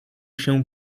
się